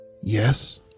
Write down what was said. Yes